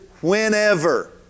whenever